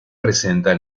presenta